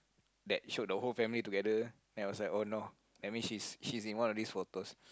that showed the whole family together then I was like oh no that means she's she is in one of these photos